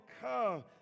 come